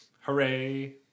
Hooray